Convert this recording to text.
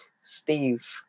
Steve